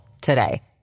today